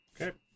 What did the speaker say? Okay